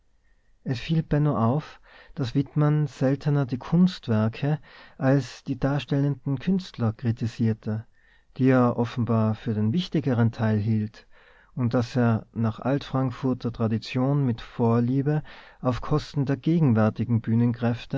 es fiel benno auf daß wittmann seltener die kunstwerke als die darstellenden künstler kritisierte die er offenbar für den wichtigeren teil hielt und daß er nach